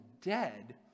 dead